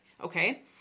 Okay